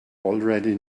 already